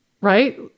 right